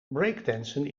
breakdancen